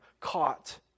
caught